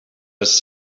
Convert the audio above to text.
les